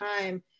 time